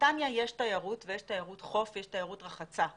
בנתניה יש תיירות, יש תיירות חוף ויש תיירות רחצה.